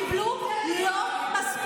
המענק שהן קיבלו לא מספיק.